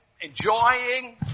enjoying